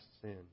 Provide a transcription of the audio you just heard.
sin